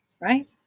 Right